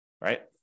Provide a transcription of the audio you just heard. right